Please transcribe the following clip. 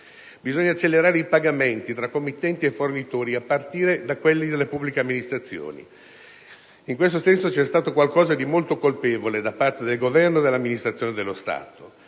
Bisogna accelerare i pagamenti tra committenti e fornitori, a partire da quelli delle pubbliche amministrazioni. In questo senso, c'è stato qualcosa di molto colpevole da parte del Governo e dell'amministrazione dello Stato.